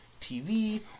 TV